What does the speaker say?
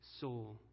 soul